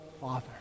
Father